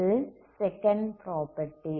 இது second property